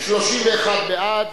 31 בעד,